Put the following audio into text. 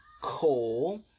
coal